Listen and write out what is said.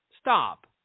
Stop